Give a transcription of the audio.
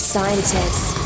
Scientists